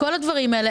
כל הדברים האלה.